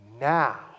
now